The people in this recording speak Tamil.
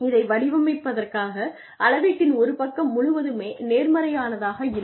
இதை வடிவமைப்பதற்காக அளவீட்டின் ஒருபக்கம் முழுவதுமே நேர்மறையானதாக இருக்கும்